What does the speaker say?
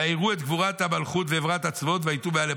ויראו את גבורת המלכות ועברת הצבאות ויטו מעליה".